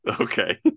Okay